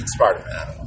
Spider-Man